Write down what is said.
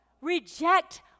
reject